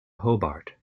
hobart